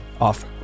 off